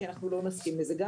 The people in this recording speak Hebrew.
כי אנחנו לא נסכים לזה.